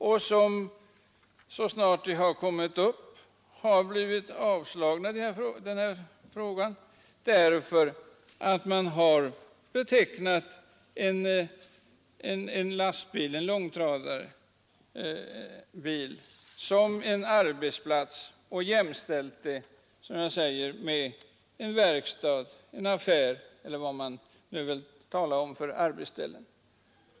Yrkanden av samma innebörd som herr Komstedts motion upptar har tidigare avslagits av riksdagen, därför att man har betecknat en lastbil, ett långtradarfordon, som en arbetsplats som kan jämställas med en verkstad, en affär o. d.